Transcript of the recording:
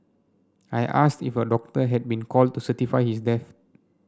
I asked if a doctor had been called to certify his death